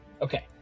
Okay